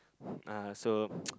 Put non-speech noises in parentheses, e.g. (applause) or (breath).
(breath) uh so (noise)